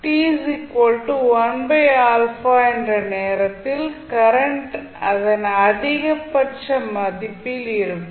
t 1α என்ற நேரத்தில் current அதன் அதிகபட்ச மதிப்பில் இருக்கும்